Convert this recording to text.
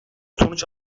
sonuç